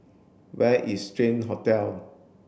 where is Strand Hotel